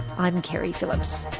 i'm keri phillips.